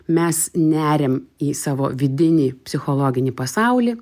mes neriam į savo vidinį psichologinį pasaulį